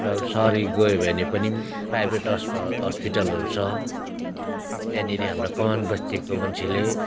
र सहरै गयो भने पनि पो प्राइभेट अस्प हस्पिटलहरू छ त्यहाँनिर हाम्रा कमानबस्तीको मान्छेले